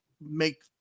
make